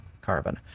carbon